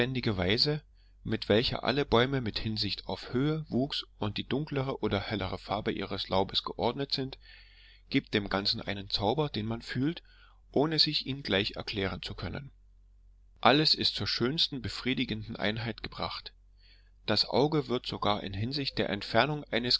mit welcher alle bäume mit hinsicht auf höhe wuchs und die dunklere oder hellere farbe ihres laubes geordnet sind gibt dem ganzen einen zauber den man fühlt ohne sich ihn gleich erklären zu können alles ist zur schönsten befriedigenden einheit gebracht das auge wird sogar in hinsicht der entfernung eines